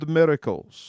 miracles